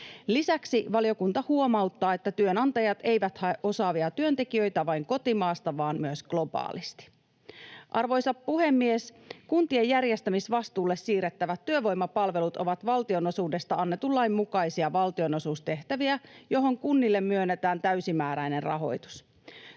Lisäksi valiokunta huomauttaa, että työnantajat eivät hae osaavia työntekijöitä vain kotimaasta vaan myös globaalisti. Arvoisa puhemies! Kuntien järjestämisvastuulle siirrettävät työvoimapalvelut ovat valtionosuudesta annetun lain mukaisia valtionosuustehtäviä, joihin kunnille myönnetään täysimääräinen rahoitus.